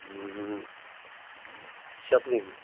شَتوُہمہِ